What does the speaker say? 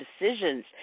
decisions